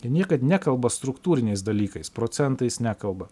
jie niekad nekalba struktūriniais dalykais procentais nekalba